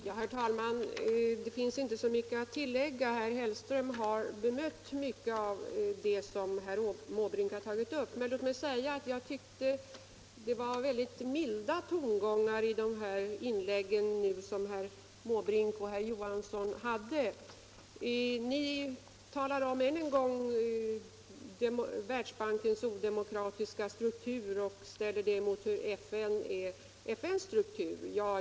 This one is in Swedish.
Herr talman! Det finns inte så mycket att tillägga. Herr Hellström har bemött mycket av det som herr Måbrink har tagit upp. Om Sveriges medlemskap i Världsbanken Om Sveriges medlemskap i Världsbanken Jag tycker att det var milda tongångar i inläggen av herr Måbrink och herr Olof Johansson i Stockholm. Ni talar än en gång om Världsbankens odemokratiska struktur och ställer den mot FN:s struktur.